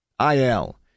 IL